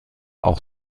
auch